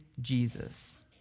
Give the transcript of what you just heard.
Jesus